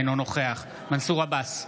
אינו נוכח מנסור עבאס,